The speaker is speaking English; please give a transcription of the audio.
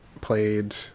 played